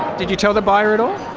did you tell the buyer at all?